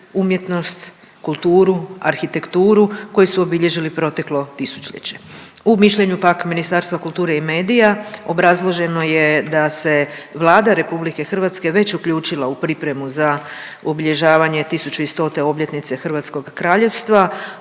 umjetnost, kulturu, arhitekturu koji su obilježili proteklo tisućljeće. U mišljenju pak Ministarstva kulture i medija obrazloženo je da se Vlada Republike Hrvatske već uključila u pripremu za obilježavanje 1100 obljetnice hrvatskog kraljevstva,